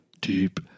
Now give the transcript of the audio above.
Deep